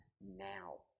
now